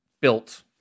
built